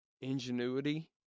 ingenuity